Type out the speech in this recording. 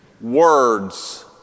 words